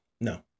No